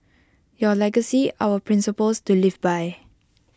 your legacy our principles to live by